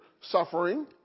suffering